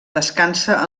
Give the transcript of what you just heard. descansa